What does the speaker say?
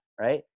right